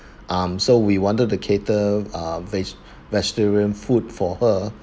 um so we wanted to cater uh veg~ vegetarian food for her